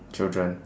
children